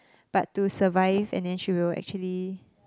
but to survive and then she will actually